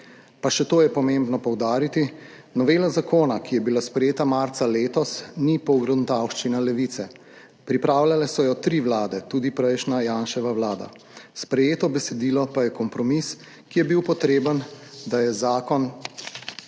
Pa še to je pomembno poudariti. Novela zakona, ki je bila sprejeta marca letos ni pogruntavščina Levice. Pripravljale so jo tri Vlade, tudi prejšnja Janševa vlada. Sprejeto besedilo pa je kompromis, ki je bil potreben, da je zakon